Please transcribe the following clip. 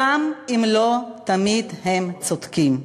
גם אם לא תמיד הם צודקים.